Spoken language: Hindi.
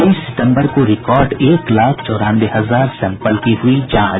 बीस सितम्बर को रिकॉर्ड एक लाख चौरानवे हजार सैम्पल की हुई जांच